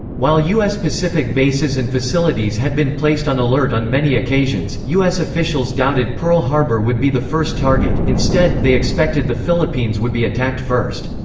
while u s. pacific bases and facilities had been placed on alert on many occasions, u s. officials doubted pearl harbor would be the first target instead, they expected the philippines would be attacked first.